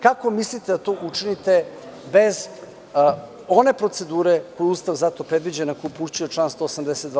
Kako mislite da to učinite bez one procedure koju Ustav za to predviđa, na koji upućuje član 182.